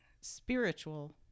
spiritual